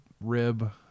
rib